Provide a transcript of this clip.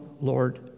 Lord